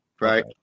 right